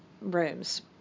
rooms